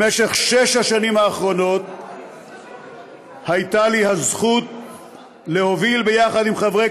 בשש השנים האחרונות הייתה לי הזכות להוביל ביחד עם חברי